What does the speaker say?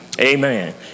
Amen